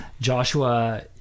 Joshua